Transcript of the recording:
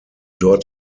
dort